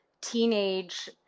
teenage